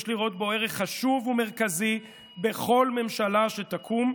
יש לראות בו ערך חשוב ומרכזי בכל ממשלה שתקום.